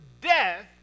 death